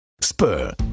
Spur